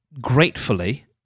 gratefully